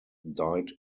died